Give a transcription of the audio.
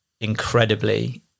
incredibly